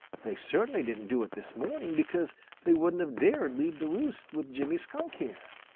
they certainly didn't do it this morning, because they wouldn't have dared leave the roosts with jimmy skunk here.